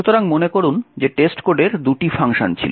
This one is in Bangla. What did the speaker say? সুতরাং মনে করুন যে টেস্টকোডের দুটি ফাংশন ছিল